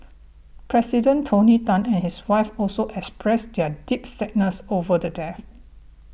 President Tony Tan and his wife also expressed their deep sadness over the deaths